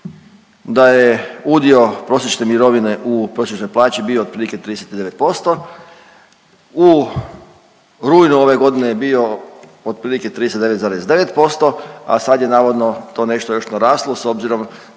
da je udio prosječne mirovine u prosječnoj plaći bio otprilike 39%, u rujnu ove godine je bio otprilike 39,9%, a sad je navodno to nešto još naraslo s obzirom